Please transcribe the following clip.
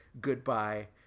goodbye